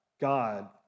God